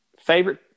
Favorite